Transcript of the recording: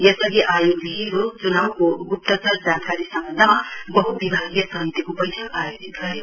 यसअघि आयोगले हिजो चुनाउ गुप्तचर जानकारी सम्वन्धमा वहुविभागीय समितिको बैठक आयोजित गर्यो